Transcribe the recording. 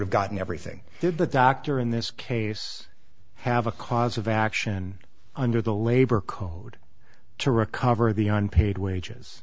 have gotten everything did the doctor in this case have a cause of action under the labor code to recover the unpaid wages